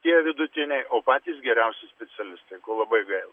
tie vidutiniai o patys geriausi specialistai labai gaila